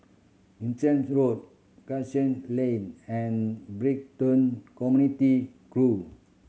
Road Cashew Link and Brighton Community Grove